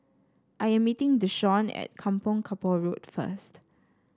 I am meeting Deshawn at Kampong Kapor Road first